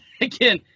again